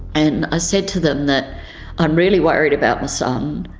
and i said to them that i'm really worried about my son,